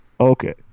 okay